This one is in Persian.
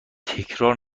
تکرار